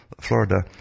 Florida